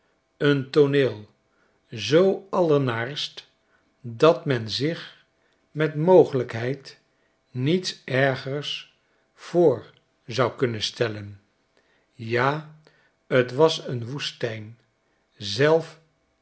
een tooneel zoo allernaarst dat men zich met mogelijkheid niets ergers voor zou kunnen stellen ja t was een woestijn zelf